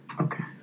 Okay